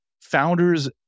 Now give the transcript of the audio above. founders